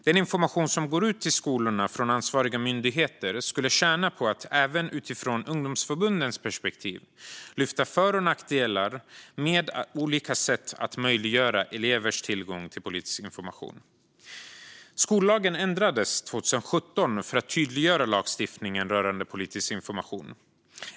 Den information som går ut till skolorna från ansvariga myndigheter skulle tjäna på att även utifrån ungdomsförbundens perspektiv lyfta för och nackdelar med olika sätt att möjliggöra elevers tillgång till politisk information. Skollagen ändrades 2017 för att förtydliga lagstiftningen rörande politisk information.